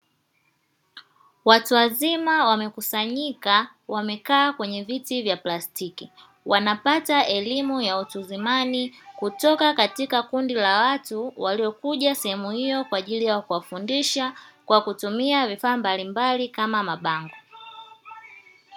Watu wazima wamekusanyika wamekaa kwenye viti vya plastiki wanapata elimu ya watu wazima kutoka katika kundi la watu waliokuja sehemu hiyo, kwa ajili ya kuwafundisha kwa kutumia vifaa mbalimbali kama mabango.